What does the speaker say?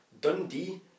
Dundee